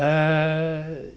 ah